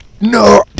No